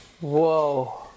Whoa